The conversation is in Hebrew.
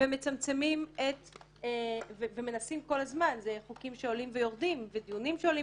ומנסים כל הזמן אלה חוקים שעולים ויורדים ודיונים שעולים